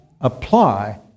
apply